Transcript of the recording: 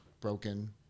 broken